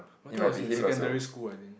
but that was in secondary school I think